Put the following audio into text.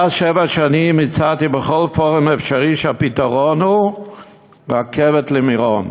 מעל שבע שנים הצעתי בכל פורום אפשרי שהפתרון הוא רכבת למירון.